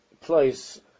place